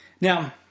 Now